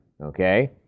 okay